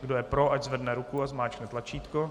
Kdo je pro, ať zvedne ruku a zmáčkne tlačítko.